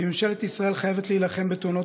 כי ממשלת ישראל חייבת להילחם בתאונות